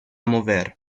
mover